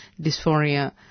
dysphoria